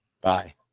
Bye